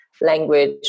language